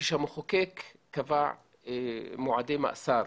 כשהמחוקק קבע מועדי מאסר